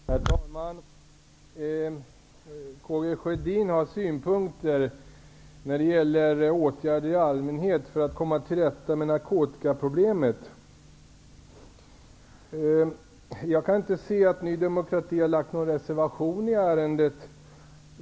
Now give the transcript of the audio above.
Herr talman! Karl Gustaf Sjödin har synpunkter när det gäller åtgärder i allmänhet för att komma till rätta med narkotikaproblemet. Jag kan inte se att Ny demokrati har fogat någon reservation till betänkandet.